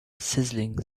sizzling